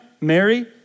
Mary